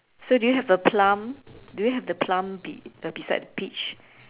so do you have a plum do you have the plum be~ you know beside peach